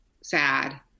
sad